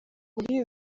muri